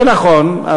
זה נכון,